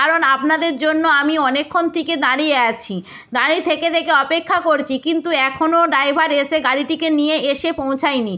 কারণ আপনাদের জন্য আমি অনেকক্ষণ থেকে দাঁড়িয়ে আছি দাঁড়িয়ে থেকে থেকে অপেক্ষা করছি কিন্তু এখনও ড্রাইভার এসে গাড়িটিকে নিয়ে এসে পৌঁছায়নি